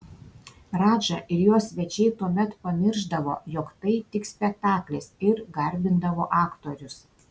radža ir jo svečiai tuomet pamiršdavo jog tai tik spektaklis ir garbindavo aktorius